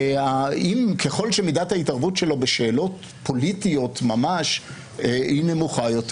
ככל שמידת ההתערבות שלו בשאלות פוליטיות ממש היא נמוכה יותר,